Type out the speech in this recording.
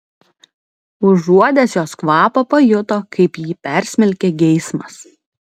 užuodęs jos kvapą pajuto kaip jį persmelkia geismas